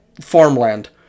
farmland